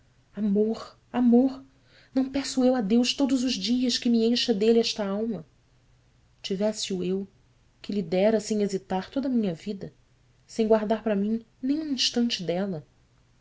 amor amor não peço eu a deus todos os dias que me encha dele esta alma tivesse o eu que lhe dera sem hesitar toda a minha vida sem guardar para mim nem um instante dela